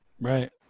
right